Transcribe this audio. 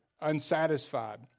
unsatisfied